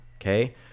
Okay